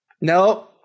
No